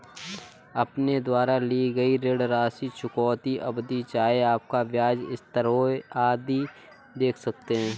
अपने द्वारा ली गई ऋण राशि, चुकौती अवधि, चाहे आपका ब्याज स्थिर हो, आदि देख सकते हैं